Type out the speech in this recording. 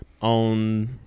on